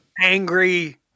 angry